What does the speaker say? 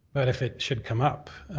but if it should come up,